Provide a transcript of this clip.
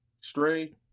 Stray